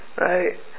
right